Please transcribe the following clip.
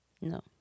No